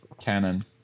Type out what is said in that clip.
Canon